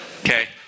okay